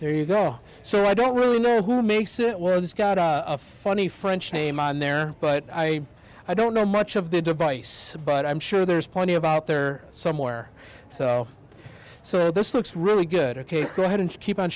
there you go so i don't really know who makes it well it's got a funny french name on there but i i don't know much of the device but i'm sure there's plenty about there somewhere so this looks really good ok go ahead and keep on